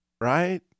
right